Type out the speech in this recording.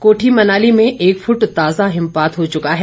कोठी मनाली में एक फुट ताजा हिमपात हो चुका है